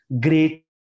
great